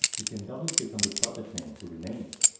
you can double-click on the project name to rename it.